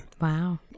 Wow